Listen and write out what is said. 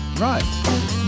Right